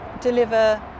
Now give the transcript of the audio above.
deliver